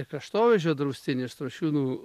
kraštovaizdžio draustinį strošiūnų